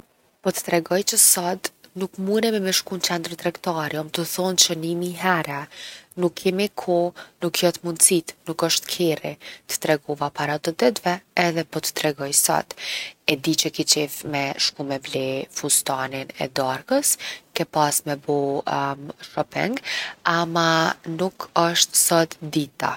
Po t’tregoj që sot nuk munemi me shku n’qendër t’tregtare, jom tu thonë 1000 here. Nuk kemi kohë nuk jot mundsitë, nuk osht kerri. T’tregova para do ditve edhe po t’tregoj sot. E di që ki qef me shku me ble fustanin e darkës, ke pas me bo shopping ama nuk osht sot dita.